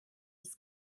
ist